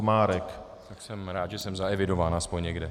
Tak jsem rád, že jsem zaevidován aspoň někde.